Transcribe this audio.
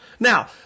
Now